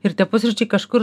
ir tie pusryčiai kažkur